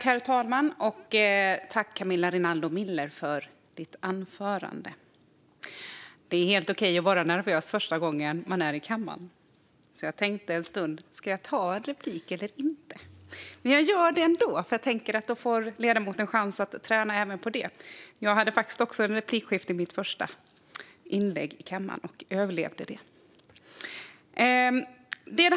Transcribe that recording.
Herr talman! Tack för ditt anförande, Camilla Rinaldo Miller! Det är helt okej att vara nervös första gången man är i kammaren. Jag tänkte en stund: Ska jag begära replik eller inte? Men jag gjorde det ändå, för då får ledamoten chans att träna även på det. Jag hade faktiskt också ett replikskifte efter mitt första inlägg i kammaren och överlevde det.